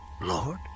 Lord